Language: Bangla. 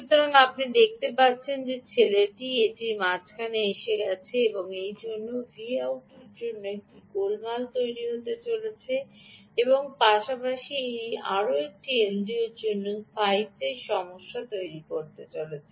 সুতরাং আপনি দেখতে পাচ্ছেন যে ছেলেটি এটি মাঝখানে এসে গেছে এবং এটি এই Vout র জন্য একটি গোলমাল তৈরি করতে চলেছে পাশাপাশি এটি আরও এই এলডিওর জন্য স্থায়িত্বের সমস্যা তৈরি করতে চলেছে